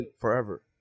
forever